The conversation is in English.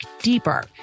deeper